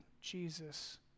Jesus